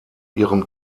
ihrem